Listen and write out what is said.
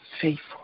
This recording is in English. faithful